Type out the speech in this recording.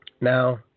Now